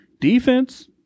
Defense